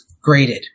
graded